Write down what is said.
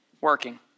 working